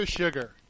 Sugar